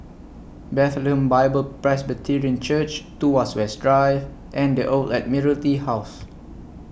Bethlehem Bible Presbyterian Church Tuas West Drive and The Old Admiralty House